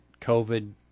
COVID